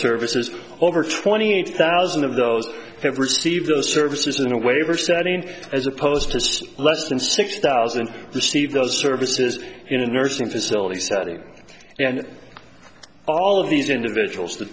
services over twenty eight thousand of those have received those services in a waiver setting as opposed to less than six thousand receive those services in a nursing facility setting and all of these individuals